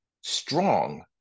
strong